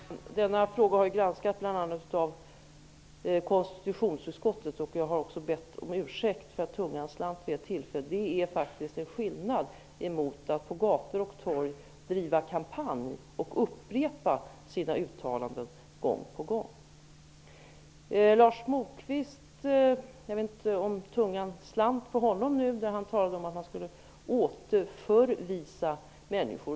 Herr talman! Denna fråga har granskats bl.a. av konstitutionsutskottet. Jag har också bett om ursäkt för att tungan slant vid ett tillfälle. Det finns faktiskt en skillnad mellan det och att på gator och torg driva kampanj och upprepa sina uttalanden gång på gång. Jag vet inte om tungan slant på Lars Moquist när han talade om att man skulle ''återförvisa'' människor.